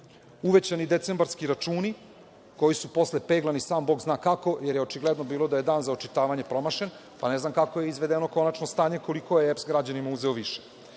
uvećani decembarski računi koji su posle peglani, a sam bog zna kako jer je očigledno bilo da je dan za očitavanje promašen, pa ne znam kako je izvedeno konačno stanje koliko je EPS građanima uzeo